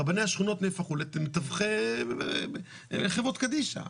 רבני השכונות נהפכו לחברות קדישא.